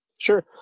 Sure